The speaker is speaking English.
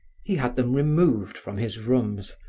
he had them removed from his rooms,